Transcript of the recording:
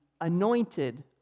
anointed